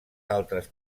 altres